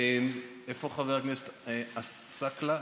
איפה חבר הכנסת עסאקלה?